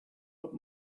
but